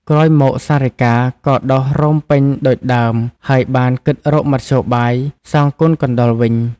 ក្រោយមកសារិកា ក៏ដុះរោមពេញដូច ដើម ហើយបានគិតរកមធ្យោបាយសងគុណកណ្ដុរវិញ។